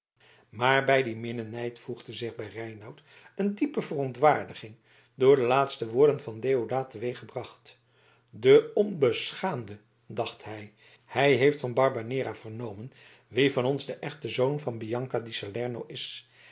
maar bij dien minnenijd voegde zich bij reinout een diepe verontwaardiging door de laatste woorden van deodaat teweeggebracht de onbeschaamde dacht hij hij heeft van barbanera vernomen wie van ons de echte zoon van bianca di salerno is